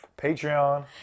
Patreon